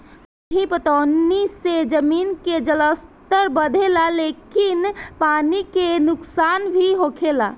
सतही पटौनी से जमीन के जलस्तर बढ़ेला लेकिन पानी के नुकसान भी होखेला